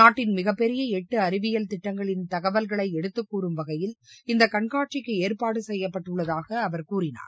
நாட்டின் மிகப்பெரிய எட்டு அறிவியல் திட்டங்களின் தகவல்களை எடுத்துக்கூறும் வகையில் இந்தக் கண்காட்சிக்கு ஏற்பாடு செய்யப்பட்டுள்ளதாக அவர் கூறினார்